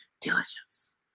Diligence